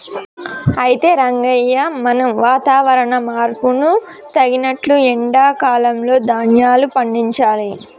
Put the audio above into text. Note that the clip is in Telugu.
అయితే రంగయ్య మనం వాతావరణ మార్పును తగినట్లు ఎండా కాలంలో ధాన్యాలు పండించాలి